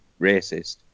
racist